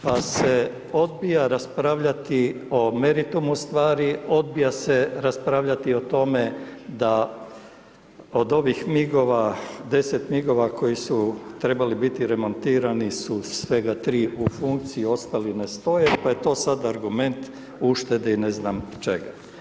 Pa se odbija raspravljati o meritumu stvari, odbija se raspravljati o tome, da od ovih MIG-ova, 10 MIG-ova koji su trebali biti remontirani su svega 3 u funkciji, ostali ne stoje, pa je to sada argument uštede i ne znam čega.